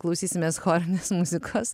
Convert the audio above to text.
klausysimės chorinės muzikos